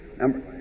number